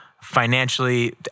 financially